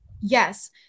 Yes